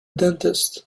dentist